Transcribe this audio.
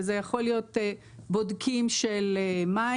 וזה יכול להיות בודקים של מים,